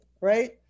right